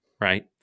Right